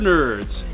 Nerds